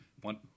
one